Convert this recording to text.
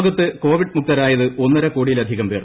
ലോകത്ത് കോവിഡ് മുക്തരായത് ഒന്നര കോടിയിലധികം പേർ